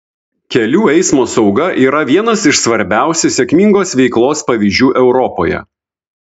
kelių eismo sauga yra vienas iš svarbiausių sėkmingos veiklos pavyzdžių europoje